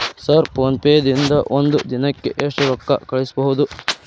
Sir PhonePe ದಿಂದ ಒಂದು ದಿನಕ್ಕೆ ಎಷ್ಟು ರೊಕ್ಕಾ ಕಳಿಸಬಹುದು?